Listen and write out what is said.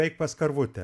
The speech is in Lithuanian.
eik pas karvutę